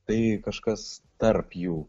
tai kažkas tarp jų